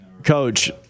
Coach